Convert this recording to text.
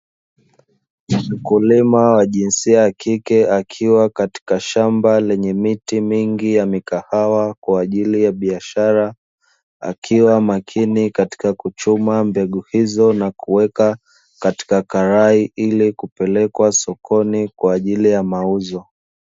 Mkulima wa jinsia ya kike akiwa katika shamba, lenye miti mingi ya kahawa kwa ajili ya biashara. Akiwa makini katika kuchuma mbegu hizo, na kuweka katika karai, ili kupelekwa sokoni kwa ajili ya mauzo.